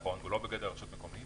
נכון, הוא לא בגדר רשות מקומית